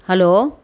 hello